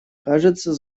кажется